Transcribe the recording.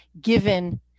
given